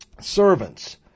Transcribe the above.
Servants